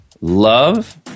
love